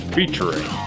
Featuring